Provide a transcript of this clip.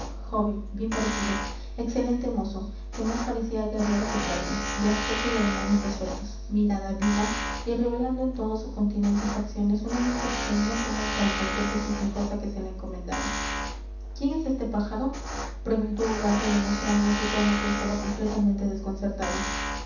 joven bien parecido excelente mozo que más parecía guerrero que fraile de aspecto y ademanes resueltos mirada viva y revelando en todo su continente y facciones una disposición no común para cualquier difícil cosa que se le encomendara quién es este pájaro preguntó ugarte demostrando en su tono que estaba completamente desconcertado